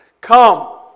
Come